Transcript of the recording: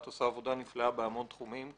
את עושה עבודה נפלאה בהמון תחומים.